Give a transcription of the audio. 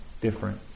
different